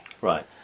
Right